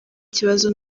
kibazo